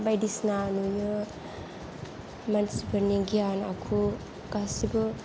बायदिसिना नुयो मानसिफोरनि गियान आखु गासिबो